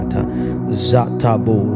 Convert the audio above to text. Zatabo